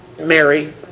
Mary